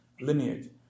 lineage